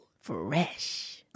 Fresh